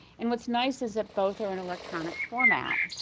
and what's nice is that both are in electronic format,